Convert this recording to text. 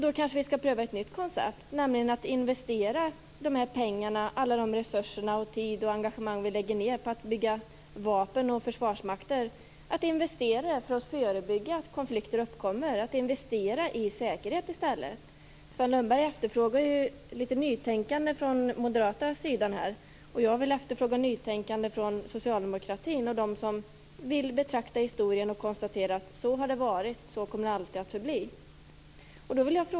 Då kanske vi skall pröva ett nytt koncept, nämligen att investera de pengar och resurser, den tid och det engagemang som vi lägger ned på att bygga vapen och försvarsmakter i att förebygga att konflikter uppkommer - att i stället investera i säkerhet. Sven Lundberg efterfrågade litet nytänkande från den moderata sidan. Jag vill efterfråga nytänkande från socialdemokratin och från dem som vill betrakta historien och konstatera: Så har det varit, och så kommer det alltid att förbli.